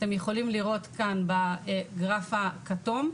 אתם יכולים לראות בגרף הכתום,